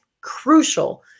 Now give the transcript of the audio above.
crucial